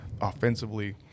offensively